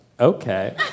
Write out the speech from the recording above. Okay